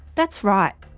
that's right.